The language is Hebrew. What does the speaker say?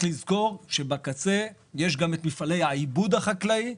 לזכור שבקצה יש גם את מפעלי העיבוד החקלאי.